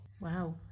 Wow